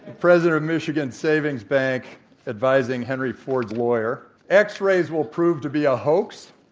president of michigan savings bank advising henry ford's lawyer. x-rays will prove to be a hoax.